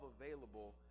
available